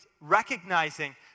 recognizing